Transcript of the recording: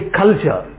culture